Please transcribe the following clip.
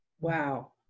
Wow